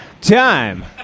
Time